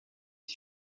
des